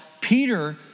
Peter